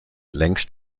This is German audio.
längst